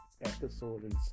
episode